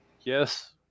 Yes